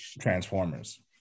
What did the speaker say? transformers